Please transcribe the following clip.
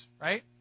right